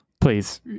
please